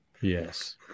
yes